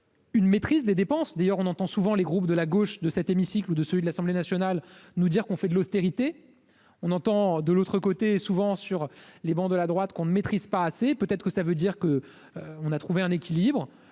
Une maîtrise des dépenses, d'ailleurs, on entend souvent les groupes de la gauche de cet hémicycle, ou de celui de l'Assemblée nationale, nous dire qu'on fait de l'austérité, on entend de l'autre côté, souvent sur les bancs de la droite, qu'on ne maîtrise pas assez, peut être que ça veut dire que, on a trouvé un équilibre